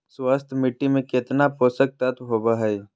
स्वस्थ मिट्टी में केतना पोषक तत्त्व होबो हइ?